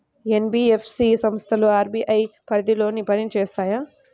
NBFC సంస్థలు RBI పరిధిలోనే పని చేస్తాయా?